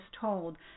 told